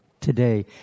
today